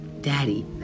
daddy